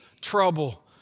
trouble